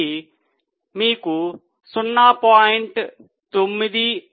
కాబట్టి మీరు 0